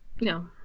No